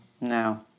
No